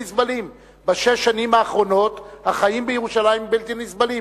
בשש השנים האחרונות החיים בירושלים בלתי נסבלים.